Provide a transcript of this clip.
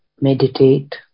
meditate